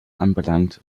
anbelangt